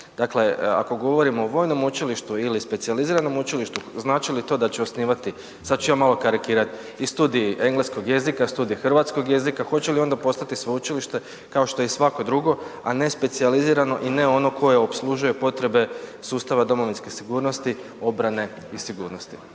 Dakle, ako govorimo o vojnom učilištu ili specijaliziranom učilištu znači li to da će osnivati, sad ću ja malo karikirat, i studij engleskog jezika, studij hrvatskog jezika, hoće li onda postati sveučilište kao što i svako drugo, a ne specijalizirano i ne ono koje opslužuje potrebe sustava domovinske sigurnosti, obrane i sigurnosti.